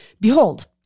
Behold